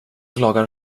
lagar